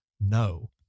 No